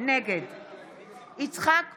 נגד יצחק פינדרוס,